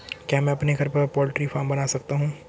क्या मैं अपने घर पर पोल्ट्री फार्म बना सकता हूँ?